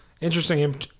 interesting